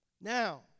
Now